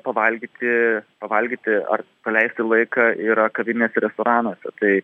pavalgyti pavalgyti ar praleisti laiką yra kavinėse restoranuose tai